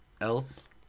else